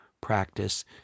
practice